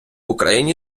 україні